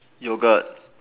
yogurt